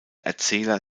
erzähler